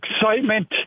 excitement